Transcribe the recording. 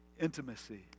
Intimacy